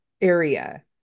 area